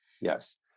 Yes